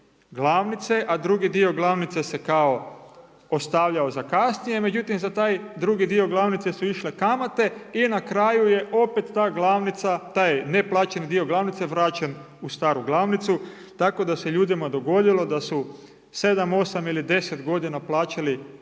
glavnice, a drugi dio glavnice se kao ostavljao za kasnije, međutim za taj drugi dio glavnice su išle kamate i na kraju je opet ta glavnica taj neplaćeni dio glavnice vraćen u staru glavnicu, tako da se ljudima dogodilo da su 7, 8 ili 10 godina plaćaju